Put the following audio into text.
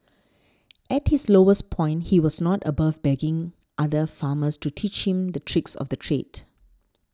at his lowest point he was not above begging other farmers to teach him the tricks of the trade